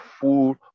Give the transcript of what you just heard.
full